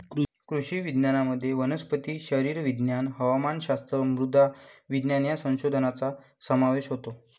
कृषी विज्ञानामध्ये वनस्पती शरीरविज्ञान, हवामानशास्त्र, मृदा विज्ञान या संशोधनाचा समावेश होतो